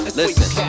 listen